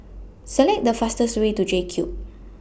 Select The fastest Way to JCube